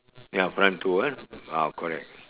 ya front to ah ah correct